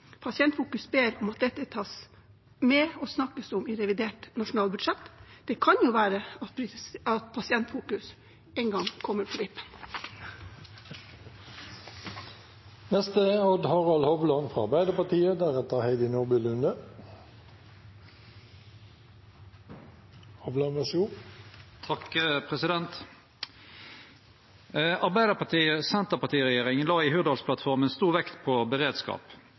Pasientfokus ber om at dette tas med og snakkes om i revidert nasjonalbudsjett. Det kan være at Pasientfokus en gang kommer på vippen.